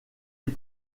les